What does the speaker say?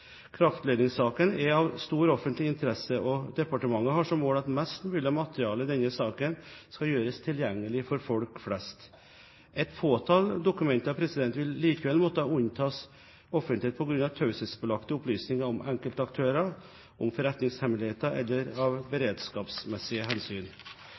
Kraftledningssaken er av stor offentlig interesse, og departementet har som mål at mest mulig av materialet i denne saken skal gjøres tilgjengelig for folk flest. Et fåtall dokumenter vil likevel måtte unntas offentlighet på grunn av taushetsbelagte opplysninger om enkeltaktører, om forretningshemmeligheter eller av beredskapsmessige hensyn.